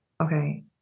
Okay